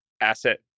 asset